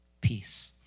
peace